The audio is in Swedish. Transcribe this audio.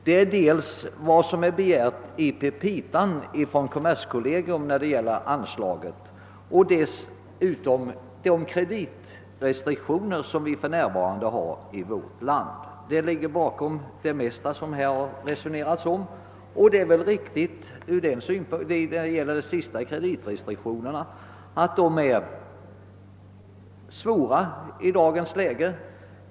Det gäller dels det anslagsäskande kommerskollegium har gjort i sina petita, dels de kreditrestriktioner som för närvarande råder i vårt land. Det är riktigt att kreditrestriktionerna i dagens läge är hårda.